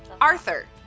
Arthur